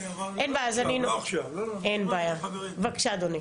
בבקשה, אדוני.